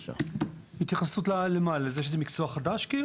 התייחסות לזה שזה מקצוע חדש?